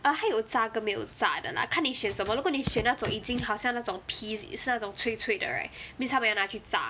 err 他有炸跟没有炸的 lah 看你选什么如果你选那种已经好像那种皮是那种脆脆的 right means 他们要拿去炸